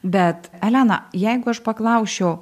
bet eleną jeigu aš paklausčiau